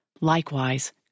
Likewise